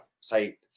say